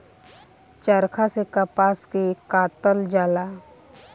चरखा से कपास के कातल जाला